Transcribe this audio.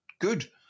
Good